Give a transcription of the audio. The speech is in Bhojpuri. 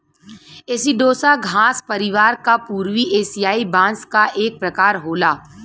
एसिडोसा घास परिवार क पूर्वी एसियाई बांस क एक प्रकार होला